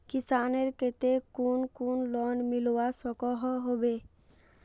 किसानेर केते कुन कुन लोन मिलवा सकोहो होबे?